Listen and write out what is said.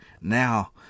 now